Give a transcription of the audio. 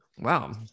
Wow